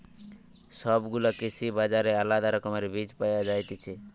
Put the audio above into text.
সব গুলা কৃষি বাজারে আলদা রকমের বীজ পায়া যায়তিছে